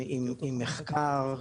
עם מחקר .